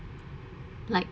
like